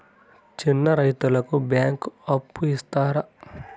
చిన్న రైతుకు బ్యాంకు అప్పు ఇస్తారా?